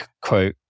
quote